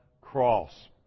cross